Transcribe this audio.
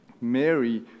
Mary